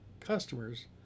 customers